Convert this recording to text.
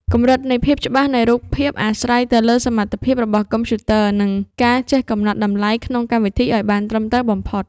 កម្រិតនៃភាពច្បាស់នៃរូបភាពអាស្រ័យទៅលើសមត្ថភាពរបស់កុំព្យូទ័រ និង ការចេះកំណត់តម្លៃក្នុងកម្មវិធីឱ្យបានត្រឹមត្រូវបំផុត។